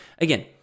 Again